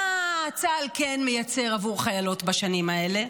מה צה"ל כן מייצר עבור חיילות בשנים האלה?